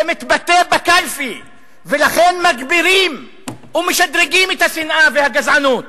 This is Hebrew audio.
זה מתבטא בקלפי ולכן מגבירים ומשדרגים את השנאה והגזענות.